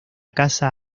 casa